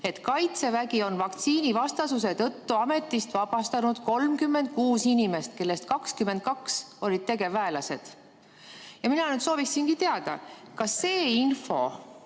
et Kaitsevägi on vaktsiinivastasuse tõttu ametist vabastanud 36 inimest, kellest 22 olid tegevväelased. Mina nüüd sooviksingi teada, kas see info